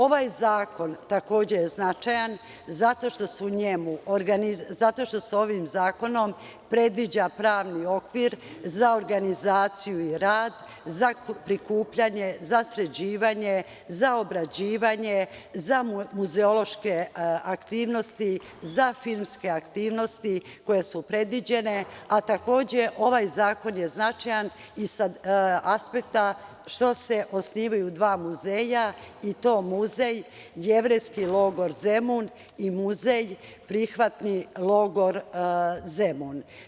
Ovaj zakon takođe je značajan zato što se ovim zakonom predviđa pravni okvir za organizaciju i rad, za prikupljanje, za sređivanje, za obrađivanje, za muzeološke aktivnosti, za filmske aktivnosti koje su predviđene, a takođe, ovaj zakon je značajan i sa aspekta što se osnivaju dva muzeja i to muzej jevrejski logor Zemun i muzej prihvatni logor Zemun.